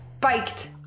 Biked